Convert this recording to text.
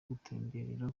gutemberera